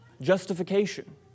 justification